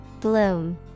Bloom